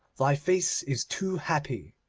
thy face is too happy